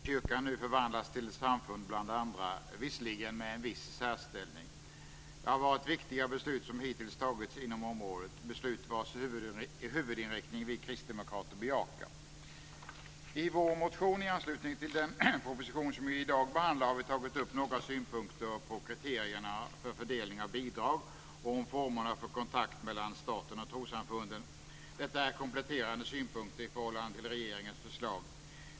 Fru talman! I och med dagens beslut om staten och trossamfunden fullbordas en lång och mödosam process där Svenska kyrkan nu förvandlas till ett samfund bland andra, visserligen med en viss särställning. Det har varit viktiga beslut som hittills fattats inom området. Det har varit beslut vars huvudinriktning vi kristdemokrater bejakar. I vår motion i anslutning till den proposition som vi i dag behandlar har vi tagit upp några synpunkter på kriterierna för fördelning av bidrag och på formerna för kontakt mellan staten och trossamfunden. Detta är kompletterande synpunkter i förhållande till regeringens förslag.